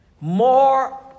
More